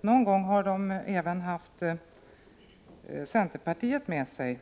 Vid något tillfälle har man även haft centerpartiet med sig;